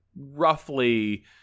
roughly